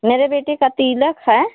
मेरे बेटे का तिलक है